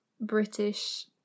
british